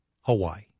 Hawaii